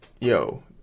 Yo